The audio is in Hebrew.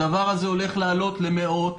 הדבר הזה הולך לעלות למאות,